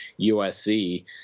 USC